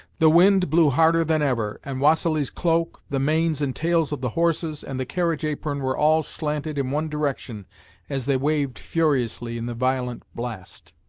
the wind blew harder than ever, and vassili's cloak, the manes and tails of the horses, and the carriage-apron were all slanted in one direction as they waved furiously in the violent blast.